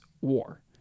war